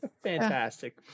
fantastic